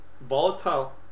volatile